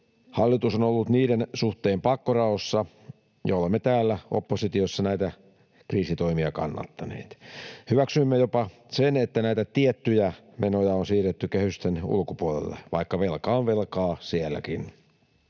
Hallitus on ollut niiden suhteen pakkoraossa, ja olemme täällä oppositiossa näitä kriisitoimia kannattaneet. Hyväksyimme jopa sen, että näitä tiettyjä menoja on siirretty kehysten ulkopuolelle, vaikka velka on velkaa sielläkin.